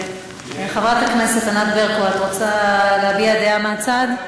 חברת הכנסת ענת ברקו, את רוצה להביע דעה מהצד?